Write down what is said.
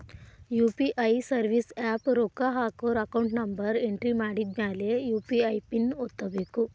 UPI service app ರೊಕ್ಕ ಹಾಕೋರ್ account number entry ಮಾಡಿದ್ಮ್ಯಾಲೆ ಯು.ಪಿ.ಐ ಪಿನ್ ಒತ್ತಬೇಕು